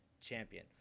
Champion